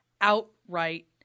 outright